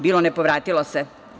Bilo, ne povratilo se.